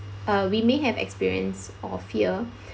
uh we may have experience of fear